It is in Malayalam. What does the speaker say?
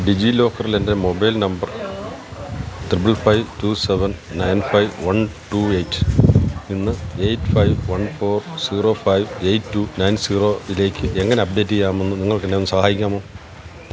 ഡിജി ലോക്കറിലെൻ്റെ mobile number triple five two seven nine five one two eight നിന്ന് eight five one four zero five eight two nine zero ലേക്ക് എങ്ങനെ അപ്ഡേറ്റ് ചെയ്യാമെന്ന് നിങ്ങൾക്ക് എന്നെ ഒന്ന് സഹായിക്കാമോ